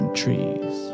trees